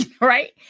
right